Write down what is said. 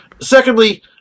Secondly